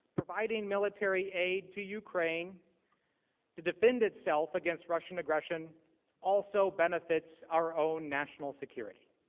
providing military aid to ukraine to defend itself against russian aggression also benefits our own national security.